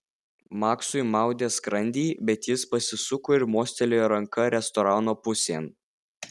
maksui maudė skrandį bet jis pasisuko ir mostelėjo ranka restorano pusėn